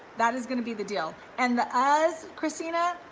that is gonna be the deal and the us christina